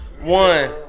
One